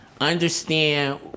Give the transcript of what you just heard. understand